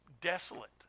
desolate